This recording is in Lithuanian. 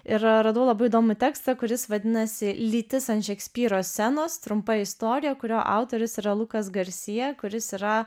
ir radau labai įdomų tekstą kuris vadinasi lytis ant šekspyro scenos trumpa istorija kurio autorius yra lukas garsija kuris yra